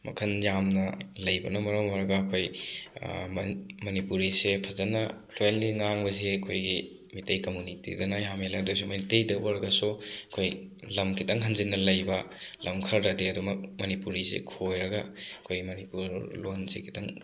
ꯃꯈꯟ ꯌꯥꯝꯅ ꯂꯩꯕꯅ ꯃꯔꯝ ꯑꯣꯏꯔꯒ ꯑꯩꯈꯣꯏ ꯃꯅꯤꯄꯨꯔꯤꯁꯦ ꯐꯖꯅ ꯐ꯭ꯂꯨꯋꯦꯟꯂꯤ ꯉꯥꯡꯕꯁꯦ ꯑꯩꯈꯣꯏꯒꯤ ꯃꯤꯇꯩ ꯀꯝꯃꯨꯅꯤꯇꯤꯗꯅ ꯌꯥꯝ ꯍꯦꯜꯂꯦ ꯑꯗꯣꯏꯁꯨ ꯃꯩꯇꯩꯗ ꯑꯣꯏꯔꯒꯁꯨ ꯑꯩꯈꯣꯏ ꯂꯝ ꯈꯤꯇꯪ ꯍꯟꯖꯤꯟꯅ ꯂꯩꯕ ꯂꯝ ꯈꯔꯗꯗꯤ ꯑꯗꯨꯝꯃꯛ ꯃꯅꯤꯄꯨꯔꯤꯁꯦ ꯈꯣꯏꯔꯒ ꯑꯩꯈꯣꯏ ꯃꯅꯤꯄꯨꯔ ꯂꯣꯟꯁꯦ ꯈꯤꯇꯪ